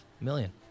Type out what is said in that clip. million